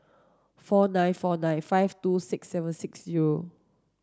four nine four nine five two six seven six zero